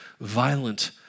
violent